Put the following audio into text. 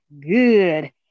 good